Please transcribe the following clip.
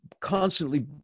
constantly